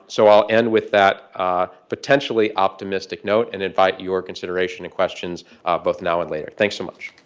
so i'll end with that potentially optimistic note and invite your consideration and questions both now and later. thanks so much.